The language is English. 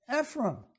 Ephraim